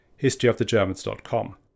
historyofthegermans.com